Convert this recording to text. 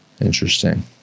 Interesting